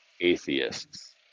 atheists